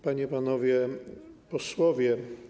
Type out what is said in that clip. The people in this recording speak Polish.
Panie i Panowie Posłowie!